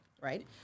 right